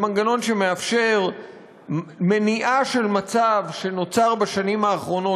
זה מנגנון שמאפשר מניעה של מצב שנוצר בשנים האחרונות,